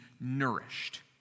nourished